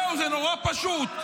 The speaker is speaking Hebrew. זהו, זה נורא פשוט.